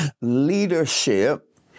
Leadership